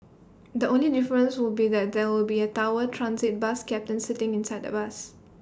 the only difference will be that there will be A tower transit bus captain sitting inside the bus